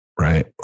right